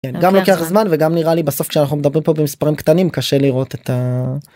גם לוקח זמן וגם נראה לי בסוף כשאנחנו מדברים פה במספרים קטנים קשה לראות את ה...